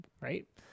right